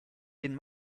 den